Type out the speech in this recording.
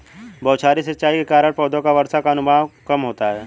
बौछारी सिंचाई के कारण पौधों को वर्षा का अनुभव होता है